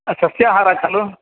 अ सस्याहारः खलु